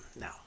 No